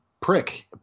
prick